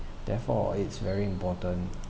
therefore it's very important